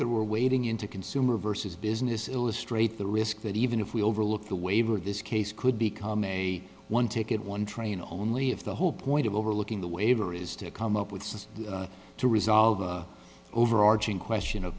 they were wading into consumer versus business illustrate the risk that even if we overlook the waiver this case could be a one ticket one train only if the whole point of overlooking the waiver is to come up with this to resolve the overarching question of